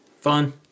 Fun